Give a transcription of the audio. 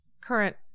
current